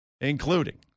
including